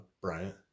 Bryant